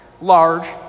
large